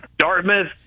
Dartmouth